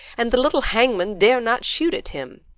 and the little hangman dare not shoot at him.